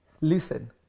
listen